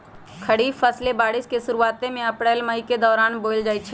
खरीफ फसलें बारिश के शुरूवात में अप्रैल मई के दौरान बोयल जाई छई